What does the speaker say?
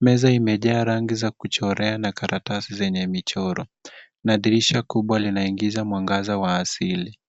Meza imejaa rangi za kuchorea na karatasi zenye michoro na dirisha kubwa linaingiza mwangaza wa asili.